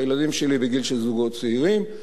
הילדים שלי בגיל של זוגות צעירים,